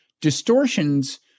distortions